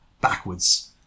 backwards